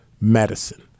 medicine